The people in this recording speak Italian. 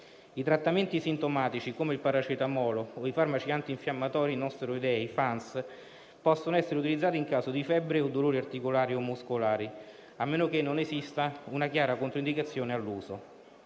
I trattamenti sintomatici, come il paracetamolo o i farmaci antinfiammatori non steroidei (FANS), possono essere utilizzati in caso di febbre o dolori articolari o muscolari, a meno che non esista una chiara controindicazione all'uso.